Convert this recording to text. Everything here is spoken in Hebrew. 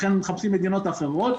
לכן מחפשים מדינות אחרות.